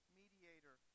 mediator